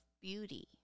beauty